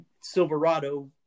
Silverado